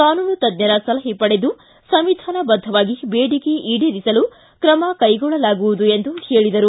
ಕಾನೂನು ತಜ್ಜರ ಸಲಹೆ ಪಡೆದು ಸಂವಿಧಾನಬದ್ದವಾಗಿ ಬೇಡಿಕೆ ಈಡೇರಿಸಲು ಕ್ರಮ ಕೈಗೊಳ್ಳಲಾಗುವುದು ಎಂದರು